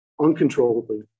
uncontrollably